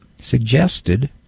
suggested